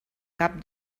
cap